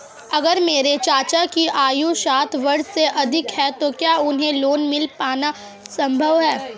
अगर मेरे चाचा की आयु साठ वर्ष से अधिक है तो क्या उन्हें लोन मिल पाना संभव है?